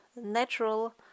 natural